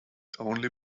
only